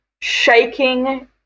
shaking